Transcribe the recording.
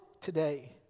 today